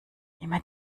immer